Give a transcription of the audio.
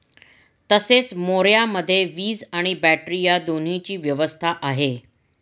तसेच मोऱ्यामध्ये वीज आणि बॅटरी या दोन्हीची व्यवस्था आहे